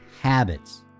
habits